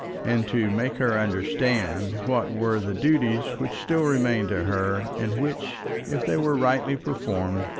and to make her understand what were the duties which still remained to her, and which, if they were rightly performed,